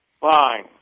Fine